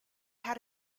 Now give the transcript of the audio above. had